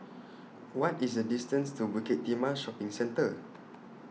What IS The distance to Bukit Timah Shopping Centre